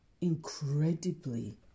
incredibly